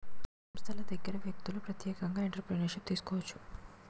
సంస్థల దగ్గర వ్యక్తులు ప్రత్యేకంగా ఎంటర్ప్రిన్యూర్షిప్ను తీసుకోవచ్చు